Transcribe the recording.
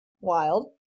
wild